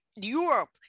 Europe